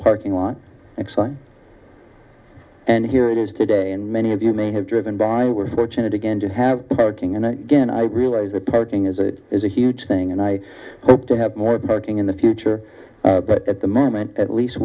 parking lot and here it is today and many of you may have driven by we're fortunate again to have king and again i realize that parking is a is a huge thing and i hope to have more parking in the future but at the moment at least